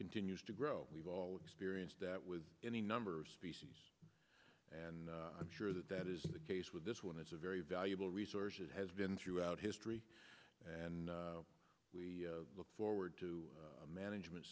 continues to grow we've all experienced that with any number of species and i'm sure that that is the case with this one as a very valuable resource it has been throughout history and we look forward to a management